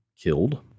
killed